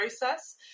process